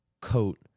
coat